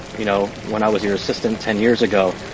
you know when i was your assistant ten years ago,